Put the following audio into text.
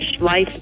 Life